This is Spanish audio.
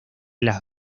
las